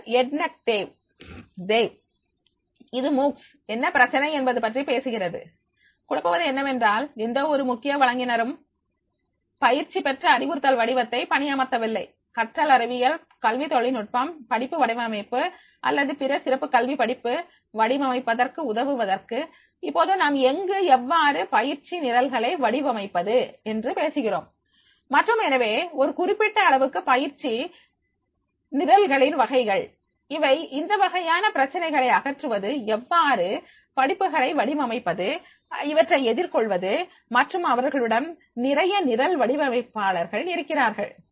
பின்னர் ed tech dev இது MOOCs என்ன பிரச்சனை என்பது பற்றி பேசுகிறது குழப்புவது என்னவென்றால் எந்த ஒரு முக்கிய வழங்கினரும் பயிற்சி பெற்ற அறிவுறுத்தல் வடிவத்தை பணி அமர்த்தவில்லை கற்றல் அறிவியல் கல்வி தொழில்நுட்பம் படிப்பு வடிவமைப்பு அல்லது பிற சிறப்பு கல்வி படிப்பு வடிவமைப்பதற்கு உதவுவதற்கு இப்போது நாம் எங்கு எவ்வாறு பயிற்சி நிரல்களை வடிவமைப்பது என்று பேசுகிறோம் மற்றும் எனவே ஒரு குறிப்பிட்ட அளவுக்கு பயிற்சி நிரல்களின் வகைகள் இவை இந்தவகையான பிரச்சினைகளை அதாவது எவ்வாறு படிப்புகளை வடிவமைப்பது இவற்றை எதிர்கொள்வது மற்றும் அவர்களிடம் நிறைய நிரல் வடிவமைப்பவர்கள் இருக்கிறார்கள்